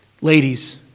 Ladies